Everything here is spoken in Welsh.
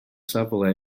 safle